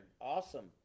Awesome